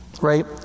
Right